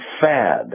fad